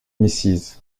mrs